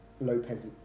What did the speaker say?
Lopez